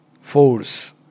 force